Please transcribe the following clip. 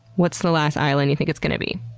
what's the last island you think it's gonna be?